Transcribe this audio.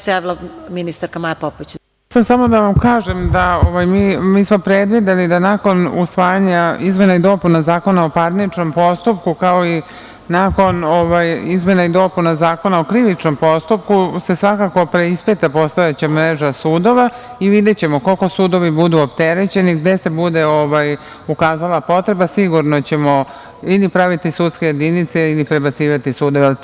Samo da vam kažem da smo mi predvideli da se, nakon usvajanja izmena i dopuna Zakona o parničnom postupku, kao i nakon izmena i dopuna Zakona o krivičnom postupku, svakako preispita postojeća mreža sudova i videćemo koliko sudovi budu opterećeni, gde se bude ukazala potreba sigurno ćemo praviti sudske jedinice ili prebacivati sudove.